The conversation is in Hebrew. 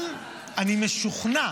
אבל אני משוכנע